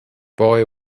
boy